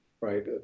Right